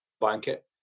Blanket